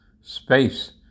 space